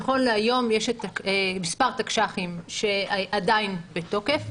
נכון להיום יש מספר תקש"חים שעדיין בתוקף.